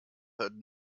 heard